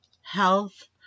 Health